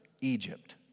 Egypt